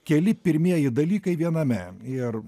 keli pirmieji dalykai viename ir